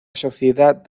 sociedad